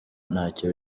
ntacyo